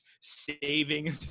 saving